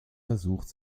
versucht